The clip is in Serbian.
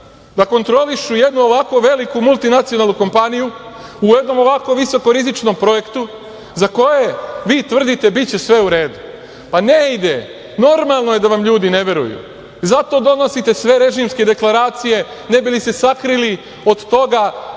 da kontrolišu jednu ovako veliku multinacionalnu kompaniju, u jednom ovako visokorizičnom projektu, za koji vi tvrdite biće sve u redu. Pa, ne ide, normalno je da vam ljudi ne veruju. Zato donosite sve režimske deklaracije ne bi li se sakrili od toga